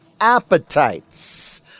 appetites